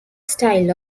style